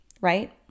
right